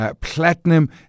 platinum